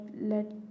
let